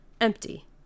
empty